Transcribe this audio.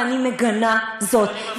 ואני מגנה זאת.